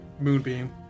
Moonbeam